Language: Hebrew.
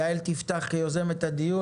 יעל תפתח את הדיון,